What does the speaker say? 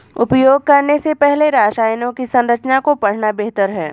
उपयोग करने से पहले रसायनों की संरचना को पढ़ना बेहतर है